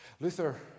Luther